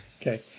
Okay